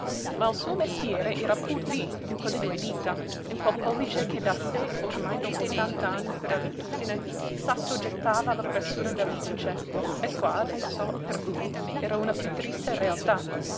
ma il suo mestiere era pur lí in quelle due dita in quel pollice che da sé ormai dopo tant'anni per abitudine s'assoggettava alla pressura dell'indice e qua adesso per lui era una piú triste realtà